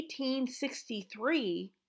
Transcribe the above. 1863